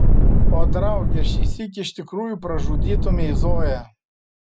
o drauge šįsyk iš tikrųjų pražudytumei zoją